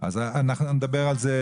אנחנו נדבר על זה.